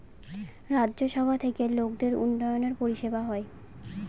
রাজ্য সভা থেকে লোকদের উন্নয়নের পরিষেবা হয়